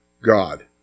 God